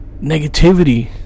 negativity